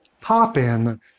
pop-in